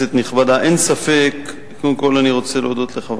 תודה לחבר